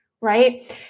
right